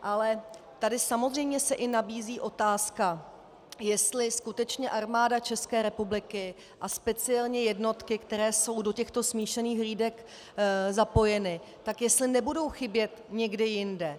Ale tady samozřejmě se i nabízí otázka, jestli skutečně Armáda České republiky a speciálně jednotky, které jsou do těchto smíšených hlídek zapojeny, nebudou chybět někde jinde.